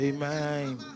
Amen